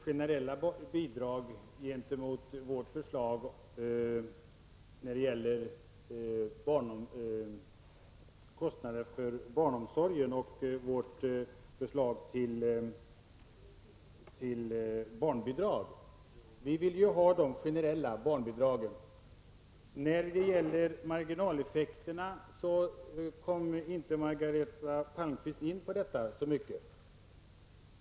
Herr talman! Margareta Palmqvist tog upp frågan om generella bidrag i samband med vårt förslag samt kostnaderna för barnomsorg och barnbidrag. Vi vill ha generella barnbidrag. Men Margareta Palmqvist kom inte in så mycket på marginaleffekterna.